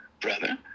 brother